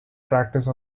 practice